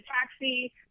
taxi